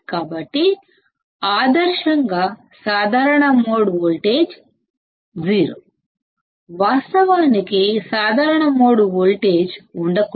కాబట్టి ఐడియల్గా common mode voltage సున్నా వాస్తవానికి కామన్ మోడ్ వోల్టేజ్ ఉండకూడదు